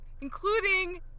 including